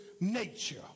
nature